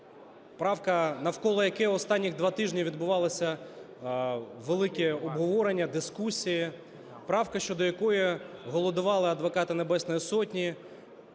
правка, навколо якої останніх два тижні відбувалися великі обговорення, дискусії, правка, щодо якої голодували адвокати Небесної Сотні,